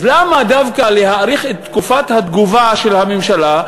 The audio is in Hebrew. אז למה דווקא להאריך את תקופת התגובה של הממשלה,